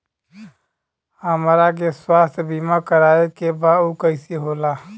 हमरा के स्वास्थ्य बीमा कराए के बा उ कईसे होला?